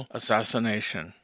assassination